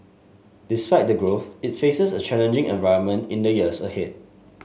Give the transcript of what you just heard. despite the growth it faces a challenging environment in the years ahead